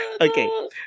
Okay